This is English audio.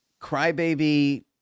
Crybaby